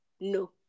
No